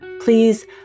please